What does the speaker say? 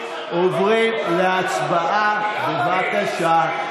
מבחוץ, בבקשה.